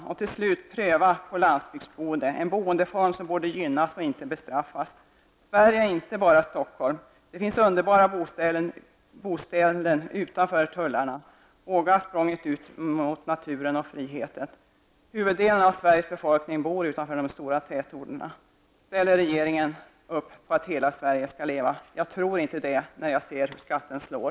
Pröva till slut på landsbygdsboende, en boendeform som borde gynnas och inte bestraffas! Sverige är inte bara Stockholm. Det finns underbara boställen utanför tullarna. Våga språnget ut mot naturen och friheten! Huvuddelen av Sveriges befolkning bor utanför de stora tätorterna. Ställer regeringen upp på att hela Sverige skall leva? Jag tror inte det när jag ser hur skatterna slår.